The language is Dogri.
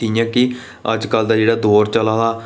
जि'यां कि अजकल दा जेह्ड़ा दौर चलै दा